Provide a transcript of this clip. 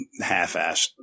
half-assed